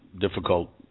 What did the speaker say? difficult